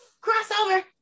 crossover